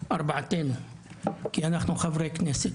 ארבעתנו כי אנחנו חברי כנסת,